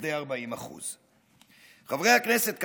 לכדי 40%. חברי הכנסת,